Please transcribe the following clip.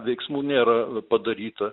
veiksmų nėra padaryta